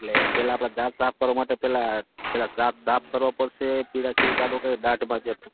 એટલે પહેલાં આપણે દાંત સાફ કરવા માટે પહેલાં પહેલાં સાફ સાફ કરવા પડશે પીળાશ છે એ કાઢવું પડે દાંતમાં જે